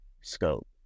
scope